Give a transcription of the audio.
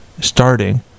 starting